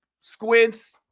squints